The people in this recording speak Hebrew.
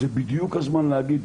זה בדיוק הזמן להגיד,